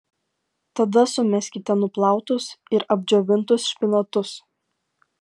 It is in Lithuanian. tada sumeskite nuplautus ir apdžiovintus špinatus